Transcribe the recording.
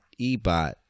Ebot